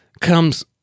comes